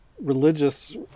religious